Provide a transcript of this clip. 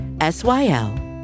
S-Y-L